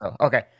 Okay